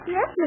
Yes